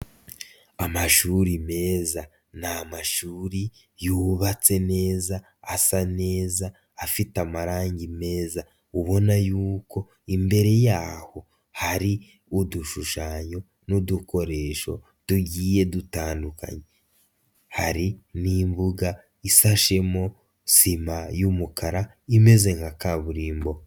Amashuri meza ni amashuri yubatse neza, asa neza afite amarangi meza ubona yuko imbere yaho, hari udushushanyo n'udukoresho tugiye dutandukanye. Hari n'imbuga ishashemo sima y'umukara imeze nka kaburimbo.